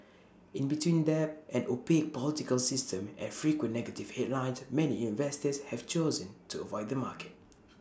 in between debt an opaque political system and frequent negative headlines many investors have chosen to avoid the market